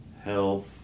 health